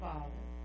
Father